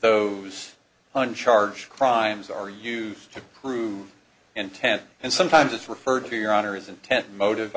those on charge crimes are used to prove intent and sometimes it's referred to your honor isn't test motive i